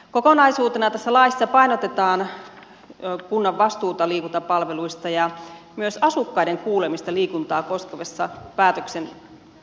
kokonaisuutena tässä laissa painotetaan kunnan vastuuta liikuntapalveluista ja myös asukkaiden kuulemista liikuntaa koskevassa päätöksenteossa